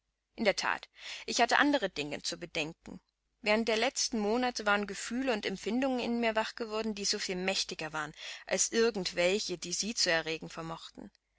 in der that ich hatte andere dinge zu bedenken während der letzten monate waren gefühle und empfindungen in mir wach geworden die so viel mächtiger waren als irgend welche die sie zu erregen vermochten